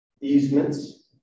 easements